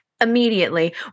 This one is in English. immediately